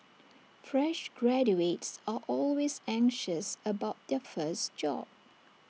fresh graduates are always anxious about their first job